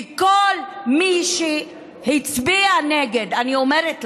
וכל מי שהצביע נגד, אני אומרת לכם,